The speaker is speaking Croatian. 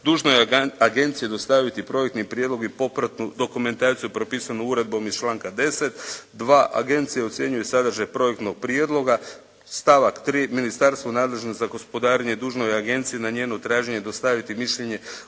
dužno je agenciji dostaviti projektni prijedlog i popratnu dokumentaciju propisanu uredbom iz članka 10. Dva, agencije ocjenjuju sadržaj projektnog prijedloga, stavak tri, ministarstvo nadležno za gospodarenje dužno je agenciji na njeno tražene dostaviti mišljenje